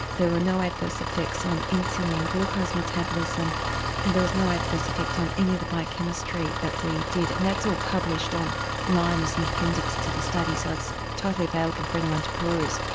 there were no adverse effects on insulin and glucose metabolism and there was no adverse effect on any of the biochemistry that we did. and that's all published on line as an appendix to the study so it's totally available for anyone to peruse.